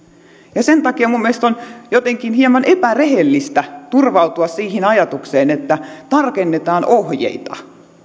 sen takia minun mielestäni on jotenkin hieman epärehellistä turvautua siihen ajatukseen että tarkennetaan ohjeita